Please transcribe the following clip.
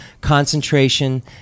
concentration